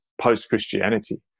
post-Christianity